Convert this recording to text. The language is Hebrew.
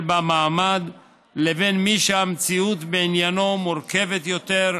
בה מעמד לבין מי שהמציאות בעניינו מורכבת יותר,